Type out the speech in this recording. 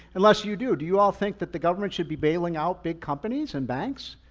unless you do, do you all think that the government should be bailing out big companies and banks?